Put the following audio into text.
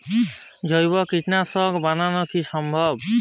জৈব কীটনাশক বানানো কি সম্ভব?